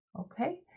okay